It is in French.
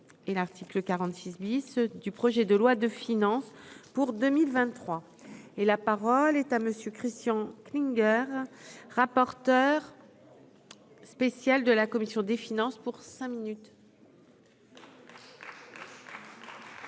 et l'article 46 bis du projet de loi de finances pour 2023 et la parole est à monsieur Christian Klinger, rapporteur spécial de la commission des finances pour cinq minutes.